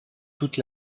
toute